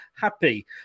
happy